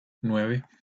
nueve